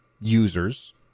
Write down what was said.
users